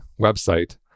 website